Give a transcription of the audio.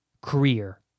career